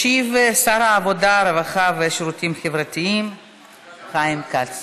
ישיב שר העבודה הרווחה והשירותים החברתיים חיים כץ.